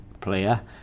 player